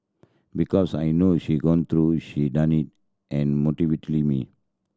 because I know she gone through she and motivate me